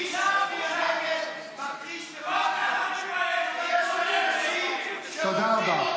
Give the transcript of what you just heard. מי שמצביע נגד, מכחיש, אי-אפשר, תודה רבה.